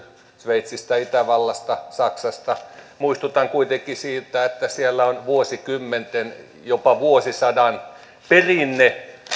sveitsistä itävallasta saksasta muistutan kuitenkin siitä että siellä on vuosikymmenten jopa vuosisadan perinne